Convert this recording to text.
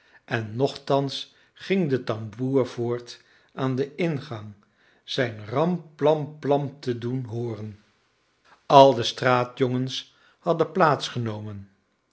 en nochtans ging de tamboer voort aan den ingang zijn ram plam plam te doen hooren al de straatjongens hadden plaats genomen